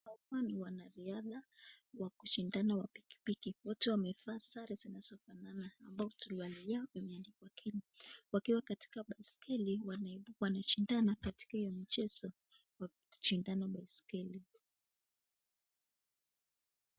Hawa ni wanariadha wa kushindana wa pikipiki wote wamevaa sare zinazo fanana ambao suruale yao imeandikwa kin wakiwa katika baisikeli wana wanashindana katika hio michezo wa kushindana katika hio baisikeli.